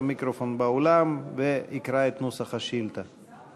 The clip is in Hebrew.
למיקרופון באולם ויקרא את נוסח השאילתה.